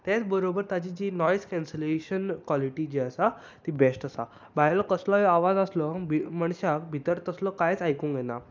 तेच बरोबर ताजी जी नाॅयज केन्सलेशन जी काॅलिटी आसा ती बेश्ट आसा भायलो कसलो आवाज आसलो बी मनशाक भितर तसलो कांयच आयकूंक येना